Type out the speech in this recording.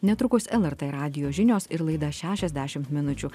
netrukus lrt radijo žinios ir laida šešiasdešimt minučių